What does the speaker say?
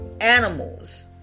animals